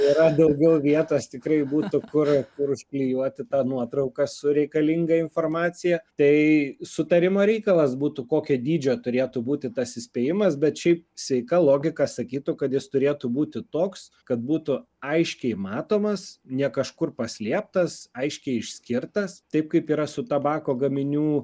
yra daugiau vietos tikrai būtų kur kur užklijuoti tą nuotrauką su reikalinga informacija tai sutarimo reikalas būtų kokio dydžio turėtų būti tas įspėjimas bet šiaip sveika logika sakytų kad jis turėtų būti toks kad būtų aiškiai matomas ne kažkur paslėptas aiškiai išskirtas taip kaip yra su tabako gaminių